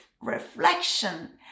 reflection